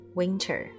winter